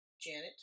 Janet